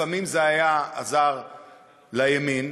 לפעמים זה עזר לימין,